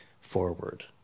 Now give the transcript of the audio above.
forward